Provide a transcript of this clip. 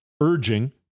urging